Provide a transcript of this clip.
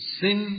sin